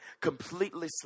completely